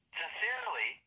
sincerely